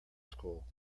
school